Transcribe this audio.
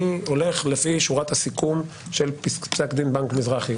אני הולך לפי שורת הסיכון של פסק דין בנק המזרחי.